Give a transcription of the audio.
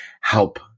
help